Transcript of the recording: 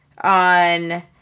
on